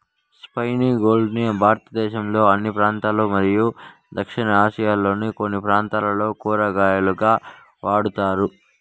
spiny gourd ని భారతదేశంలోని అన్ని ప్రాంతాలలో మరియు దక్షిణ ఆసియాలోని కొన్ని ప్రాంతాలలో కూరగాయగా వాడుతారు